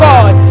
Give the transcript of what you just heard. God